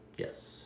Yes